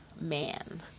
man